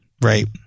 right